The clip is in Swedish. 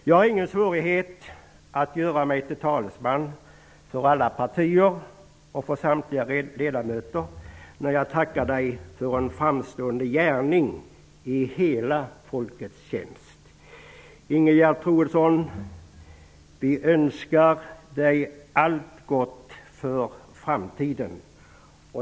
Jag har inga svårigheter att göra mig till talesman för alla partier och för samtliga ledamöter när jag tackar dig för en framstående gärning i hela folkets tjänst. Ingegerd Troedsson! Vi önskar dig allt gott för framtiden!